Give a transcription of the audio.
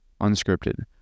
unscripted